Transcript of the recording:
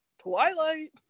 Twilight